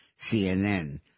CNN